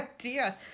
idea